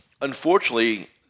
Unfortunately